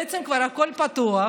בעצם כבר הכול פתוח,